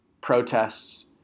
protests